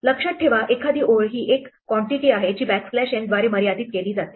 लक्षात ठेवा एखादी ओळ ही एक कॉन्टिटी आहे जी बॅकस्लॅश n द्वारे मर्यादित केली जाते